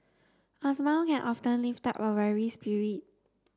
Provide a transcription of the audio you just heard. a smile can often lift a weary spirit